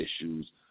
issues